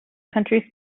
country